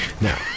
now